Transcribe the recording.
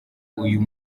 uyu